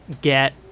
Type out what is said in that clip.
get